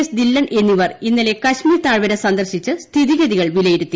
S Dhillon എന്നിവർ ഇന്നലെ കശ്മീർ താഴ്വര സന്ദർശിച്ച് സ്ഥിതിഗതികൾ വിലയിരുത്തി